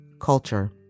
culture